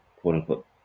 quote-unquote